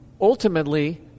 ultimately